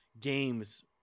games